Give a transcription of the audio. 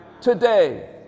today